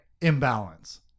imbalance